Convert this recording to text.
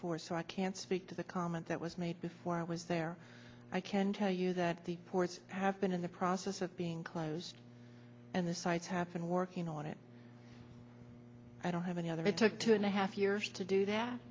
four so i can speak to the comment that was made before i was there i can tell you that the ports have been in the process of being closed and the site has been working on it i don't have any other it took two and a half years to do that